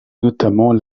notamment